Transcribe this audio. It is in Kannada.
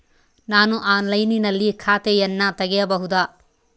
ನಾನು ಆನ್ಲೈನಿನಲ್ಲಿ ಖಾತೆಯನ್ನ ತೆಗೆಯಬಹುದಾ?